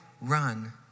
run